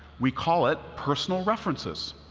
we call it personal references.